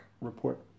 Report